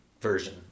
version